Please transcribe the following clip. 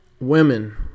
women